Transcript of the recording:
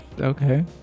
Okay